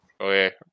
Okay